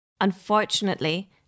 Unfortunately